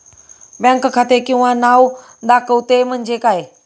Bank खाते किंवा नाव दाखवते म्हणजे काय?